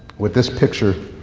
with this picture